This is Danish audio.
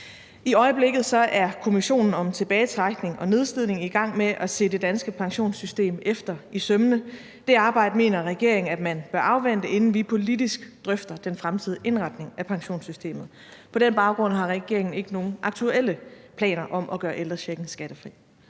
I øjeblikket er Kommissionen om tilbagetrækning og nedslidning i gang med at se det danske pensionssystem efter i sømmene. Det arbejde mener regeringen at man bør afvente, inden vi politisk drøfter den fremtidige indretning af pensionssystemet. På den baggrund har regeringen ikke nogen aktuelle planer om at gøre ældrechecken skattefri.